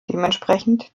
dementsprechend